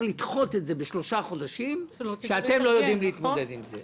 לדחות את זה בשלושה חודשים אתם לא תדעו להתמודד עם זה.